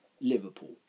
Liverpool